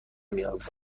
نیاز